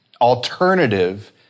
alternative